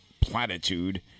platitude